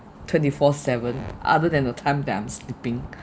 twenty four seven other than the time that I'm sleeping